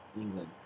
England